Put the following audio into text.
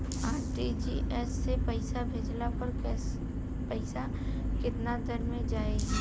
RTGS से पईसा भेजला पर पईसा केतना देर म जाई?